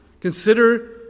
Consider